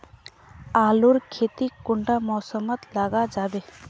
आलूर खेती कुंडा मौसम मोत लगा जाबे?